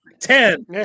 Ten